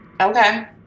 okay